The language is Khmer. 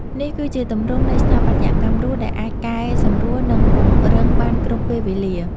នេះគឺជាទម្រង់នៃ ស្ថាបត្យកម្មរស់ ដែលអាចកែសម្រួល និងពង្រឹងបានគ្រប់ពេលវេលា។